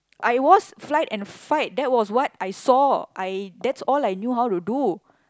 I was flight and fight that was what I saw I that's all I knew how to do